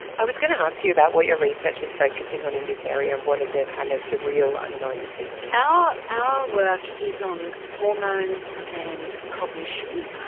i was going to ask you about what your research is focusing on in this area and what are the kind of the real unknowns here. our our work is on hormones and cognition,